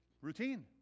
routine